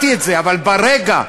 היום,